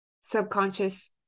subconscious